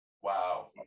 Wow